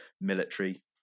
military